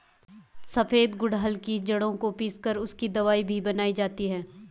सफेद गुड़हल की जड़ों को पीस कर उसकी दवाई भी बनाई जाती है